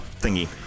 thingy